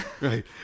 Right